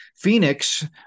Phoenix